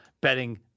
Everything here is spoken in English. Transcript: betting